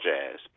Jazz